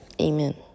Amen